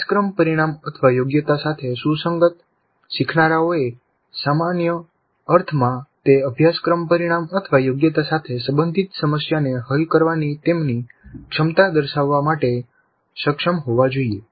અભ્યાસક્રમ પરિણામયોગ્યતા સાથે સુસંગત શીખનારાઓએ સામાન્ય અર્થમાં તે અભ્યાસક્રમ પરિણામયોગ્યતા સાથે સંબંધિત સમસ્યાને હલ કરવાની તેમની ક્ષમતા દર્શાવવા માટે સક્ષમ હોવા જોઈએ